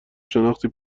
شناختی